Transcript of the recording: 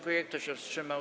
Kto się wstrzymał?